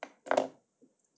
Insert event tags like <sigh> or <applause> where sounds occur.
<noise>